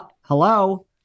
hello